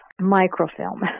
microfilm